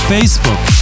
Facebook